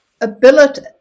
ability